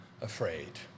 afraid